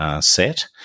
Set